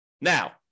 Now